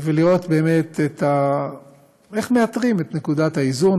כדי לראות באמת איך מאתרים את נקודת האיזון,